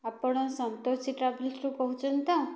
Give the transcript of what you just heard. ଆପଣ ସନ୍ତୋଷି ଟ୍ରାଭେଲସ୍ ରୁ କହୁଛନ୍ତି ତ